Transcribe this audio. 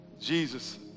Jesus